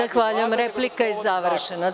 Zahvaljujem, replika je završena.